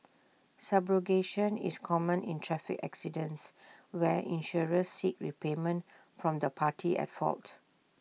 subrogation is common in traffic accidents where insurers seek repayment from the party at fault